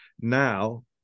now